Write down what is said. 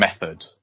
method